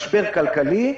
משבר כלכלי,